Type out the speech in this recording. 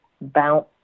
bounce